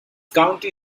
county